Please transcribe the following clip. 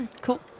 Cool